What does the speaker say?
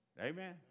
Amen